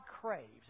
craves